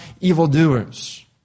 evildoers